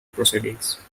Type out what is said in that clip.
proceedings